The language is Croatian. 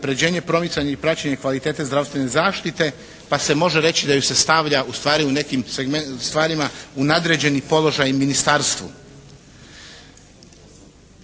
unapređenje i promicanje i praćenje kvalitete zdravstvene zaštite pa se može reći da joj se stavlja ustvari u nekim stvarima u nadređeni položaj ministarstvu.